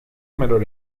menor